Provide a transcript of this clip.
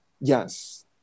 Yes